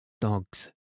Dogs